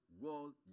world